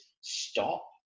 stop